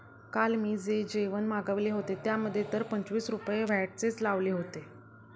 काल मी जे जेवण मागविले होते, त्यामध्ये तर पंचवीस रुपये व्हॅटचेच लावले होते